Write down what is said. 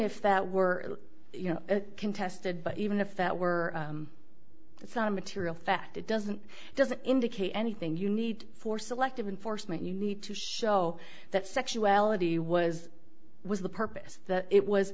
if that were you know contested but even if that were it's not a material fact it doesn't it doesn't indicate anything you need for selective enforcement you need to show that sexuality was was the purpose that it was